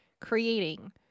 Creating